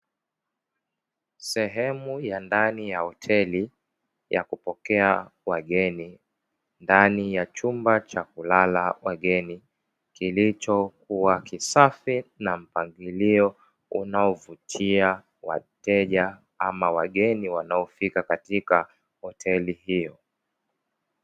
Sehemu ya ndani ya hoteli ya kupokea wageni, ndani ya chumba cha kulala wageni kilichokuwa kisafi na mpangilio unaovutia wateja ama wageni wanaofika katika hoteli hiyo.